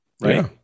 Right